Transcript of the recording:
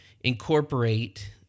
incorporate